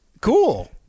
cool